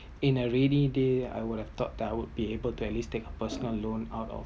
in a rainy day I would have thought I would be able to at least take a personal loan out of